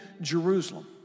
Jerusalem